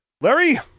Larry